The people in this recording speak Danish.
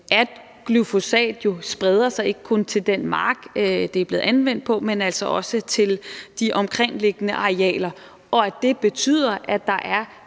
at glyfosat spreder sig og ikke kun til den mark, det er blevet anvendt på, men også til de omkringliggende arealer, og at det betyder, at